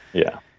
yeah.